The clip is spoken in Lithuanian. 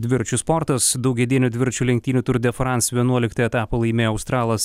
dviračių sportas daugiadienių dviračių lenktynių tur de frans vienuoliktą etapą laimėjo australas